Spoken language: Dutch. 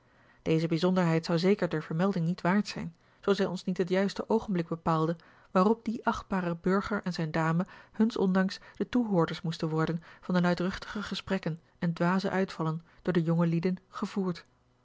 deze bijzonderheid zou zeker der vermelding niet waard zijn zoo zij ons niet het juiste oogenblik bepaalde waarop die achtbare burger en zijne dame huns ondanks de toehoorders moesten worden van de luidruchtige gesprekken en dwaze uitvallen door de jongelieden gevoerd